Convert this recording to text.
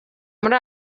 muri